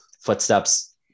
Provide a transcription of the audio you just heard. footsteps